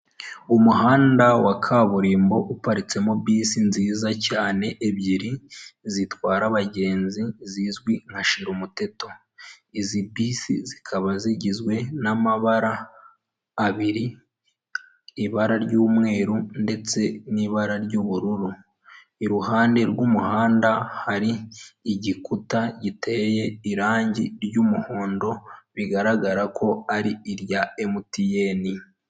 Nta muntu utagira inzozi zo kuba mu nzu nziza kandi yubatse neza iyo nzu iri mu mujyi wa kigali uyishaka ni igihumbi kimwe cy'idolari gusa wishyura buri kwezi maze nawe ukibera ahantu heza hatekanye.